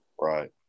Right